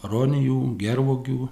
aronijų gervuogių